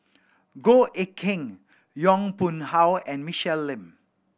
Goh Eck Kheng Yong Pung How and Michelle Lim